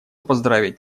поздравить